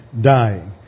dying